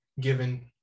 given